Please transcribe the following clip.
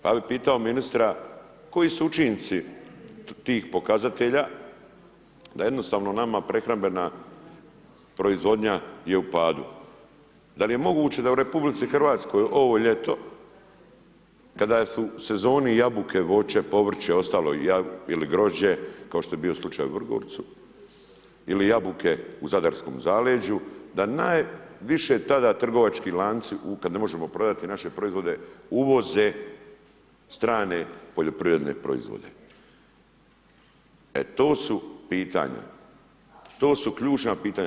Ja bih pitao ministra koji su učinci tih pokazatelja da jednostavno nama prehrambena proizvodnja je u padu. … [[Govornik se ne razumije]] u RH ovo ljeto, kada su u sezoni jabuke, voće, povrće, ostalo ili grožđe kao što je bio slučaj u Vrgorcu ili jabuke u Zadarskom zaleđu, da najviše tada trovački lanci, kada ne možemo prodati naše proizvode, uvoze strane poljoprivredne proizvode e to su pitanja, to su ključna pitanja.